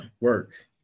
work